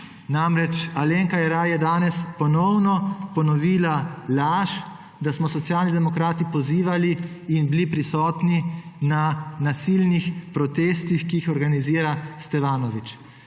Namreč Alenka Jeraj je danes ponovno ponovila laž, da smo Socialni demokrati pozivali in bili prisotni na nasilnih protestih, ki jih organizira Stevanović.